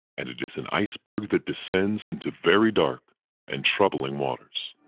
and it is an iceberg that descends into very dark and troubling waters.